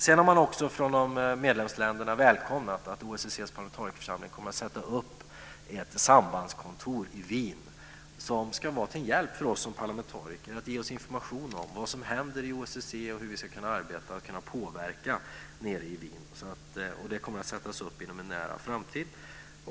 Man har också från medlemsländerna välkomnat att OSSE:s parlamentarikerförsamling kommer att sätta upp ett sambandskontor i Wien som ska vara till en hjälp för oss som parlamentariker och ge oss information om vad som händer i OSSE och hur vi ska kunna arbeta och påverka nere i Wien. Det kommer att sättas upp inom en nära framtid.